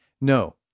No